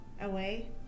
Away